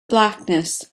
blackness